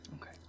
Okay